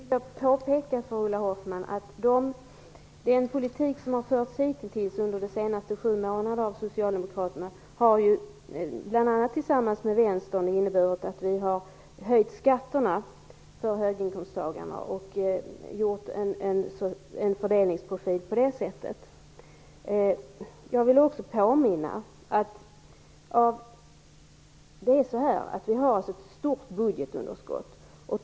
Fru talman! Jag vill påpeka för Ulla Hoffmann att den politik som har förts hitintills under de senaste sju månader av Socialdemokraterna, bl.a. tillsammans med Vänstern, har inneburit att vi har höjt skatterna för höginkomsttagarna och på det sättet gjort en fördelningsprofil. Jag vill också påminna om att vi har ett stort budgetunderskott.